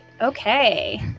Okay